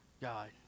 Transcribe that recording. God